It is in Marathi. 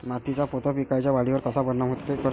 मातीचा पोत पिकाईच्या वाढीवर कसा परिनाम करते?